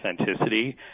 authenticity